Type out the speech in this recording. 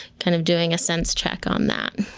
kind of doing a sense check on that.